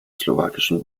slowakischen